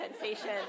sensation